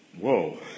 whoa